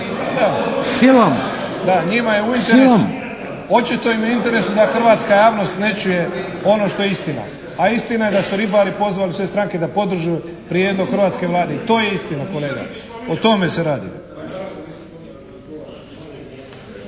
Frano (HDZ)** Očito im je u interesu da hrvatska javnost ne čuje ono što je istina. A istina je da su ribari pozvali sve stranke da podrže prijedlog hrvatske Vlade. I to je istina kolega, o tome se radi.